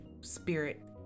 spirit